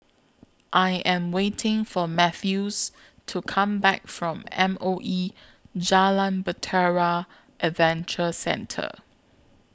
I Am waiting For Mathews to Come Back from M O E Jalan Bahtera Adventure Centre